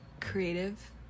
creative